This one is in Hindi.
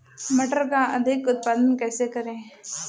मटर का अधिक उत्पादन कैसे करें?